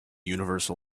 universal